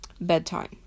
bedtime